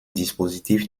dispositif